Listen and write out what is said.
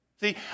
See